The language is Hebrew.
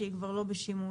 שהיא כבר לא בשימוש?